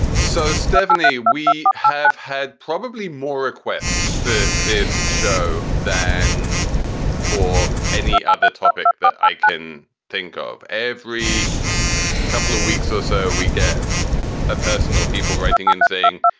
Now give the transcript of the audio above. so, stephanie, we have had probably more requests for this show than for any other topic that i can think of every couple of weeks or so, we get a person or people writing in saying,